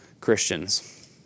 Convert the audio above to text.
Christians